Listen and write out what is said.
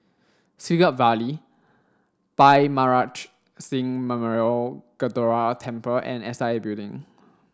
Siglap Valley Bhai Maharaj Singh Memorial Gurdwara Temple and S I A Building